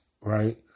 right